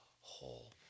whole